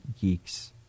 geek's